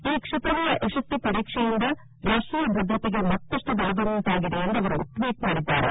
ಈ ಕ್ಷಿಪಣಿಯ ಯಶಸ್ವಿ ಪರೀಕ್ಷೆಯಿಂದ ರಾಷ್ಟೀಯ ಭದ್ರತೆಗೆ ಮತ್ತಷ್ಟು ಬಲ ಬಂದಂತಾಗಿದೆ ಎಂದು ಅವರು ಟ್ವೀಟ್ ಮಾಡಿದ್ದಾರೆ